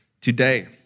today